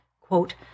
quote